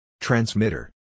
Transmitter